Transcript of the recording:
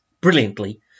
brilliantly